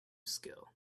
skill